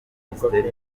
minisiteri